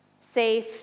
safe